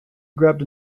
grabbed